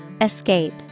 Escape